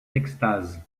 extase